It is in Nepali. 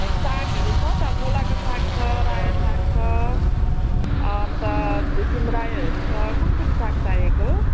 सागहरू छ त मुलाको साग छ रायो साग छ अन्त सिमरायोहरू छ कुन कुन साग चाहिएको